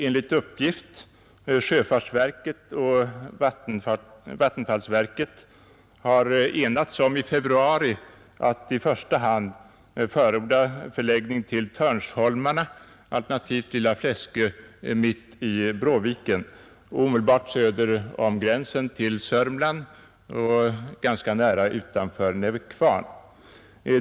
Enligt uppgift har sjöfartsverket och vattenfallsverket i februari enats om att i första hand förorda förläggning till Törnsholmarna, alternativt Lilla Fläskö, mitt i Bråviken, omedelbart söder om gränsen till Sörmland och ganska nära utanför Nävekvarn.